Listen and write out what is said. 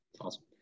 awesome